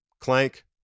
Clank